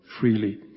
freely